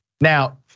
Now